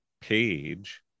page